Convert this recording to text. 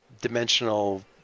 dimensional